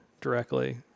directly